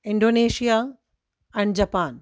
Indonesia and Japan